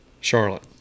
Charlotte